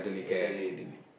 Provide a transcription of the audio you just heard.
elderly elderly